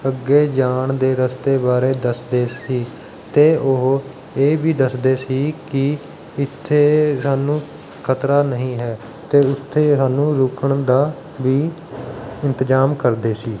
ਅੱਗੇ ਜਾਣ ਦੇ ਰਸਤੇ ਬਾਰੇ ਦੱਸਦੇ ਸੀ ਅਤੇ ਉਹ ਇਹ ਵੀ ਦੱਸਦੇ ਸੀ ਕਿ ਇੱਥੇ ਸਾਨੂੰ ਖਤਰਾ ਨਹੀਂ ਹੈ ਅਤੇ ਉੱਥੇ ਸਾਨੂੰ ਰੁਕਣ ਦਾ ਵੀ ਇੰਤਜ਼ਾਮ ਕਰਦੇ ਸੀ